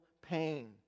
pain